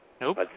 Nope